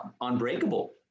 unbreakable